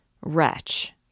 Wretch